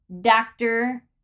doctor